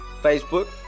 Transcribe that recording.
Facebook